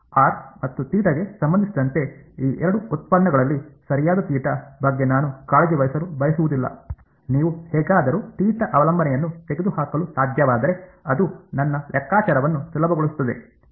R ಮತ್ತು ಥೀಟಾಗೆ ಸಂಬಂಧಿಸಿದಂತೆ ಈ ಎರಡು ಉತ್ಪನ್ನಗಳಲ್ಲಿ ಸರಿಯಾದ ಥೀಟಾ ಬಗ್ಗೆ ನಾನು ಕಾಳಜಿ ವಹಿಸಲು ಬಯಸುವುದಿಲ್ಲ ನೀವು ಹೇಗಾದರೂ ಥೀಟಾ ಅವಲಂಬನೆಯನ್ನು ತೆಗೆದುಹಾಕಲು ಸಾಧ್ಯವಾದರೆ ಅದು ನನ್ನ ಲೆಕ್ಕಾಚಾರವನ್ನು ಸುಲಭಗೊಳಿಸುತ್ತದೆ